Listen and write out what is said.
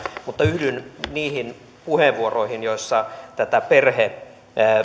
mutta yhdyn niihin puheenvuoroihin joissa tätä